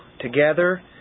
together